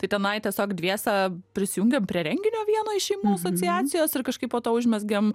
tai tenai tiesiog dviese prisijungėm prie renginio vieno iš šeimų asociacijos ir kažkaip po to užmezgėm